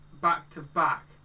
back-to-back